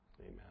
Amen